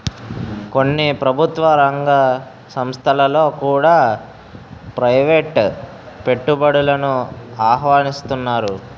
కొన్ని ప్రభుత్వ రంగ సంస్థలలో కూడా ప్రైవేటు పెట్టుబడులను ఆహ్వానిస్తన్నారు